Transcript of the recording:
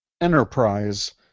Enterprise